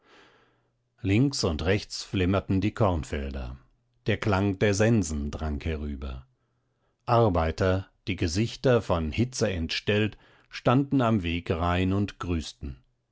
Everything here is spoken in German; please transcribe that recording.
links und rechts flimmerten die kornfelder der klang der sensen drang herüber arbeiter die gesichter von hitze entstellt standen am wegrain und grüßten